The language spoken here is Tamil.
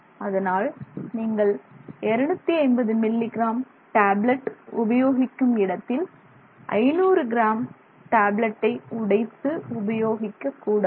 அதனால் நீங்கள் 250 மில்லி கிராம் டேப்லட் உபயோகிக்கும் இடத்தில் 500 கிராம் டேப்லெட்டை உடைத்து உபயோகிக்க கூடாது